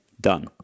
done